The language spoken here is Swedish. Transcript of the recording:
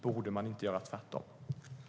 Borde man inte göra tvärtom?